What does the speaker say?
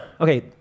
okay